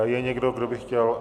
Je někdo, kdo by chtěl?